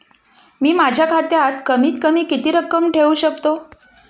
मी माझ्या खात्यात कमीत कमी किती रक्कम ठेऊ शकतो?